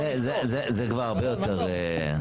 זה כבר הרבה יותר,